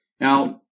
Now